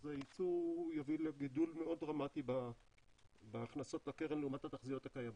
אז היצוא יביא לגידול מאוד דרמטי בהכנסות לקרן לעומת התחזיות הקיימות.